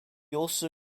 also